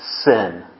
sin